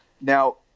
Now